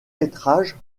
métrages